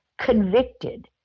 convicted